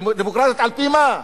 דמוקרטית על-פי מה?